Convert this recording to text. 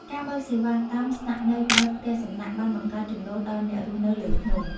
ការបើកសេវាកម្មស្នាក់នៅបែប ផ្ទះសំណាក់ បានបង្កើតចំណូលដល់អ្នករស់នៅលើភ្នំ។